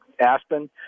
Aspen